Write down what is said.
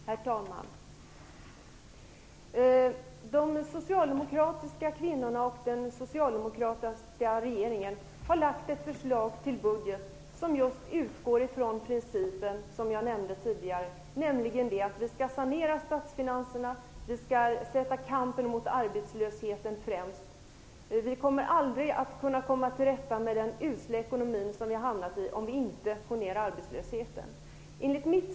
Herr talman! De socialdemokratiska kvinnorna och den socialdemokratiska regeringen har lagt fram ett förslag till budget som just utgår från den princip som jag tidigare nämnde: Vi skall sanera statsfinanserna och vi skall sätta kampen mot arbetslösheten främst. Vi kommer aldrig att kunna komma till rätta med det usla ekonomiska läge som vi hamnat i om vi inte får ned arbetslösheten.